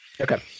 Okay